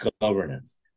governance